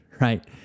right